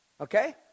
Okay